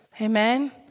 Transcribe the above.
Amen